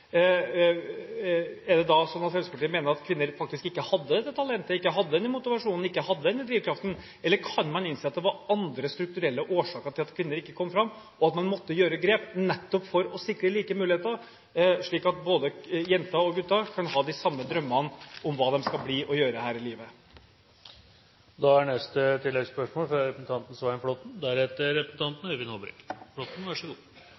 at kvinner faktisk ikke hadde dette talentet, ikke hadde denne motivasjonen, ikke hadde denne drivkraften? Eller kan man innse at det var andre, strukturelle årsaker til at kvinner ikke kom fram, og at man måtte gjøre grep, nettopp for å sikre like muligheter, slik at både jenter og gutter kan ha de samme drømmene om hva de skal bli, og hva de skal gjøre her i livet? Svein Flåtten – til oppfølgingsspørsmål. Dette oppfølgingsspørsmålet går til statsråd Aasrud. Det vi hørte fra